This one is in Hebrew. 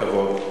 עם כל הכבוד,